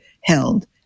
held